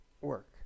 work